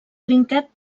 trinquet